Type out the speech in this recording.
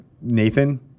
Nathan